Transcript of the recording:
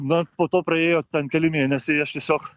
na po to praėjo ten keli mėnesiai aš tiesiog